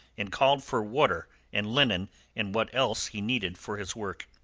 and called for water and linen and what else he needed for his work.